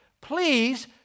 Please